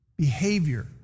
behavior